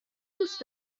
دوست